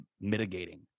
mitigating